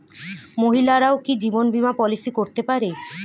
মহিলারাও কি জীবন বীমা পলিসি করতে পারে?